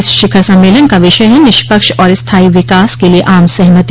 इस शिखर सम्मेलन का विषय है निष्पक्ष और स्थाई विकास के लिए आम सहमति